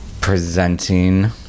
presenting